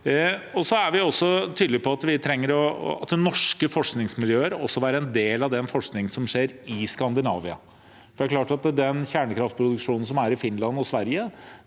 Vi er også tydelige på at norske forskningsmiljøer bør være en del av den forskningen som skjer i Skandinavia. Den kjernekraftproduksjonen som er i Finland og Sverige,